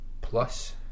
Plus